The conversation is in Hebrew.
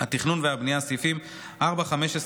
התכנון והבנייה, סעיפים 23,19,15,4(ג),